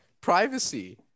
privacy